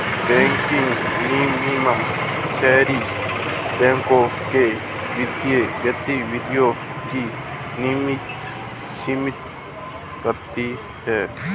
banking विनियमन सहकारी बैंकों के वित्तीय गतिविधियों की नियमित समीक्षा करता है